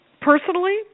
Personally